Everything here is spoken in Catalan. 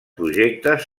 projectes